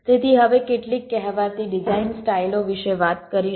તેથી હવે કેટલીક કહેવાતી ડિઝાઇન સ્ટાઇલઓ વિશે વાત કરીશું